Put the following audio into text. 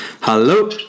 hello